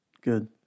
Good